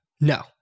No